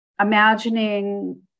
imagining